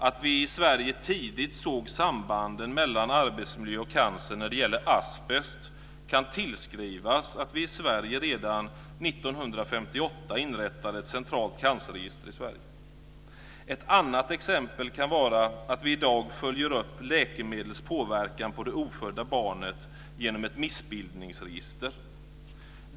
Att vi i Sverige tidigt såg sambanden mellan arbetsmiljö och cancer när det gäller asbest kan tillskrivas att vi redan 1958 inrättade ett centralt cancerregister i Sverige. Ett annat exempel kan vara att vi i dag följer upp läkemedels påverkan på det ofödda barnet genom ett missbildningsregister.